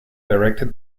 directed